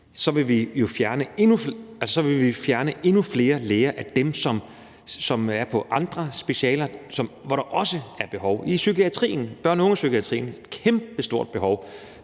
så vil fjerne endnu flere af de læger, som er på andre specialer, hvor der også er et behov. I psykiatrien, i børne- og ungepsykiatrien, er der et kæmpestort behov